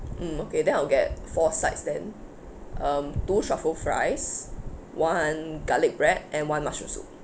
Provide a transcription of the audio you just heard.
mm okay then I'll get four sides then um two truffle fries one garlic bread and one mushroom soup